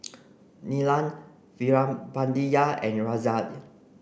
Neelam Veerapandiya and Razia